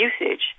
usage